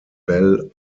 belle